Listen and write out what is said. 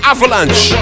Avalanche